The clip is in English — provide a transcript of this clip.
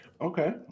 Okay